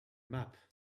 map